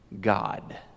God